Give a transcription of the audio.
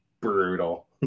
brutal